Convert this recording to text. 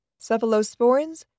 cephalosporins